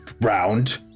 round